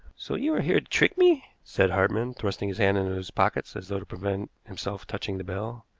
so you are here to trick me? said hartmann, thrusting his hands into his pockets as though to prevent himself touching the bell.